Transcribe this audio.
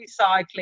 recycling